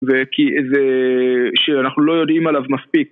וכי איזה, שאנחנו לא יודעים עליו מספיק